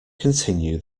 continue